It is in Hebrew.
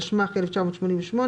התשמ"ח-1988,